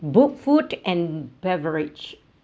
book food and beverage